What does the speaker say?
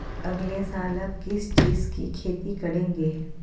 अगले साल आप किस चीज की खेती करेंगे?